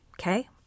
okay